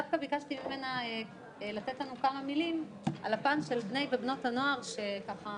ביקשתי ממנה לתת לנו כמה מילים על הפן של בני ובנות הנוער שרואים